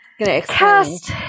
cast